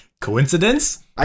Coincidence